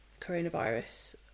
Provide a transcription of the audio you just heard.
coronavirus